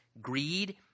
greed